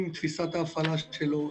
עם תפיסת ההפעלה שלו,